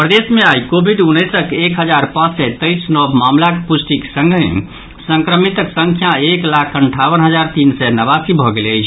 प्रदेश मे आई कोविड उन्नैसक एक हजार पांच सय तेईस नव मामिलाक पुष्टिक संगहि संक्रमितक संख्या एक लाख अंठावन हजार तीन सय नवासी भऽ गेल अछि